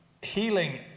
healing